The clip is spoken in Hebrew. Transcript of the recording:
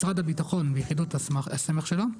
משרד הביטחון ויחידות הסמך שלו,